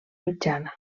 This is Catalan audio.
mitjana